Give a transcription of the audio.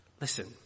Listen